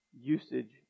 usage